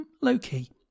low-key